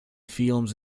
films